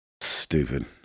Stupid